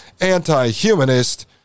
anti-humanist